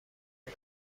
بگم